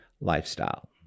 lifestyle